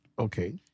Okay